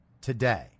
today